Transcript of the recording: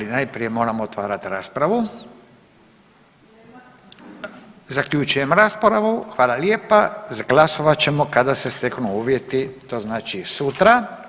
Ali najprije moram otvarat raspravu, zaključujem raspravu, hvala lijepa, glasovat ćemo da se steknu uvjeti to znači sutra.